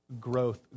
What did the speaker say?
Growth